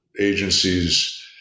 agencies